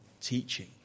teaching